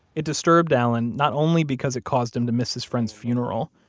it disturbed allen, not only because it caused him to miss his friend's funeral,